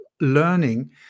learning